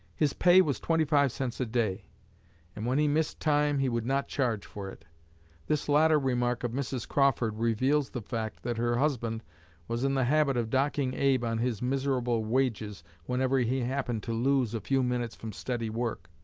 his pay was twenty-five cents a day and when he missed time, he would not charge for it this latter remark of mrs. crawford reveals the fact that her husband was in the habit of docking abe on his miserable wages whenever he happened to lose a few minutes from steady work.